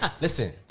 Listen